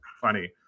funny